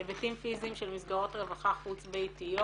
היבטים פיזיים של מסגרות רווחה חוץ ביתיות.